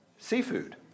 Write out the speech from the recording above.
Seafood